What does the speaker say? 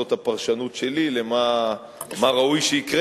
זאת הפרשנות שלי למה שראוי שיקרה,